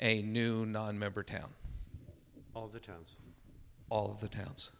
a new nonmember town all the towns all of the towns